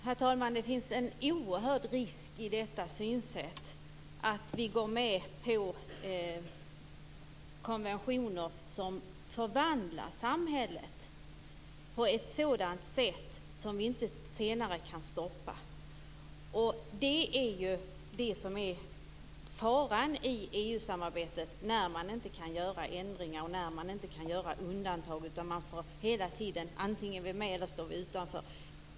Herr talman! Det finns en oerhörd risk i detta synsätt att vi går med på konventioner som förvandlar samhället på ett sådant sätt att vi inte senare kan stoppa utvecklingen. Det är faran i EU-samarbetet att man inte kan göra ändringar och undantag, utan man får hela tiden antingen vara med eller stå utanför.